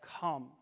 come